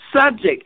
subject